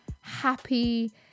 happy